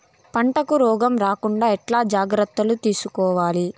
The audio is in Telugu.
పంటకు రోగం రాకుండా ఎట్లా జాగ్రత్తలు తీసుకోవాలి?